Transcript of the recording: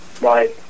Right